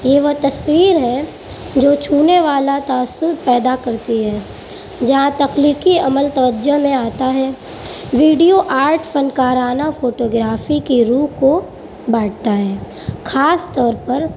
یہ وہ تصویر ہے جو چھونے والا تاثر پیدا کرتی ہے جہاں تخلیقی عمل توجہ میں آتا ہے ویڈیو آرٹ فنکارانہ فوٹوگرافی کی روح کو بانٹتا ہے خاص طور پر